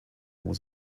was